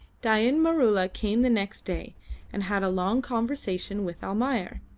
dain maroola came the next day and had a long conversation with almayer.